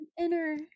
inner